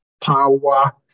power